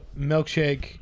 milkshake